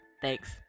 Thanks